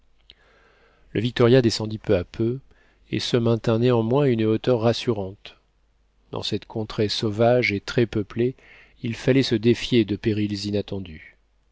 le victoria descendit peu à peu et se maintint néanmoins à une hauteur rassurante dans cette contrée sauvage et très peuplée il fallait se défier de périls inattendus